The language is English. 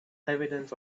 evidence